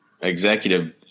executive